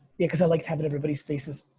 yeah cause i like having everybody's faces.